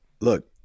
look